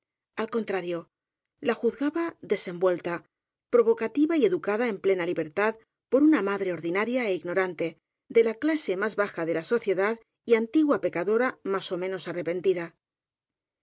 al contrario la juzgaba desenvuelta provocativa y educada en plena liber tad por una madre ordinaria é ignorante de la cla se más baja de la sociedad y antigua pecadora más ó menos arrepentida